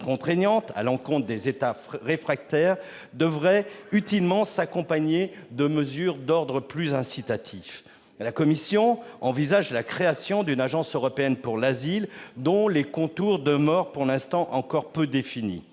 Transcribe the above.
contraignante à l'encontre des États réfractaires devrait utilement s'accompagner de mesures d'ordre plus incitatif. La Commission envisage la création d'une agence européenne pour l'asile, dont les contours demeurent encore peu définis.